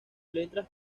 letras